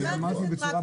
חבר הכנסת אשר,